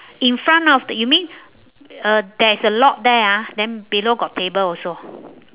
in front of the you mean uh there's a lock there ah then below got table also